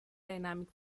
dynamic